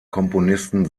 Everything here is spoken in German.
komponisten